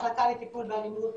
מחלקה לטיפול באלימות,